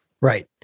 Right